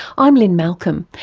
i'm lynne malcolm,